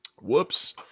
Whoops